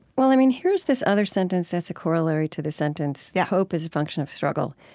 well, i mean, here's this other sentence that's a corollary to the sentence yeah hope is a function of struggle.